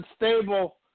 unstable